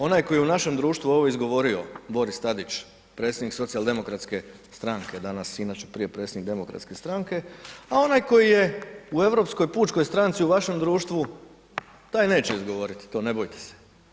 Onaj koji je u našem društvo ovo izgovorio, Boris Tadić, predsjednik Socijaldemokratske strane danas, inače prije predsjednik Demokratske stranke, a onaj koji je u Europskoj pučkoj stranci u vašem društvu, taj neće izgovoriti to, ne bojte se.